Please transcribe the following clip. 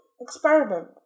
experiment